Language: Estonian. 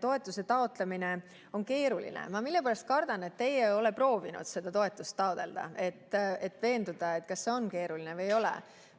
toetuse taotlemine on keeruline. Ma millegipärast kardan, et teie ei ole proovinud seda toetust taotleda, et veenduda, kas see on keeruline või ei ole.